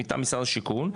מטעם משרד השיכון,